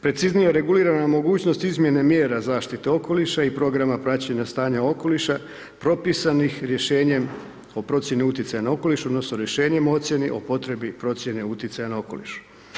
Preciznije regulirana mogućnost izmjene mjera zaštite okoliša i programa praćenja stanja okoliša propisanih rješenjem o procjeni utjecaja na okoliš, odnosno rješenjem o ocjeni o potrebi procjene utjecaja na okoliš.